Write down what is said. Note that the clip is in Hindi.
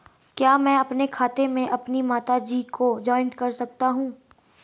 क्या मैं अपने खाते में अपनी माता जी को जॉइंट कर सकता हूँ?